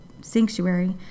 sanctuary